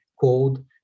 code